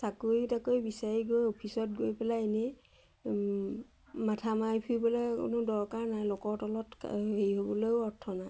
চাকৰি তাকৰি বিচাৰি গৈ অফিচত গৈ পেলাই এনেই মাথা মাৰি ফুৰিবলৈ কোনো দৰকাৰ নাই লোকৰ তলত হেৰি হ'বলৈও অৰ্থ নাই